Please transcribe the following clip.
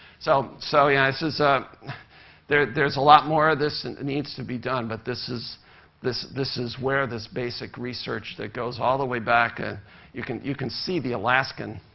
so, so yeah, this is a there's there's a lot more of this that and needs to be done, but this is this this is where this basic research that goes all the way back ah you can you can see the alaskan